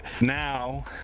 Now